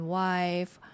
wife